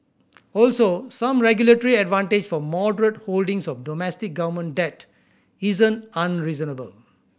also some regulatory advantage for moderate holdings of domestic government debt isn't unreasonable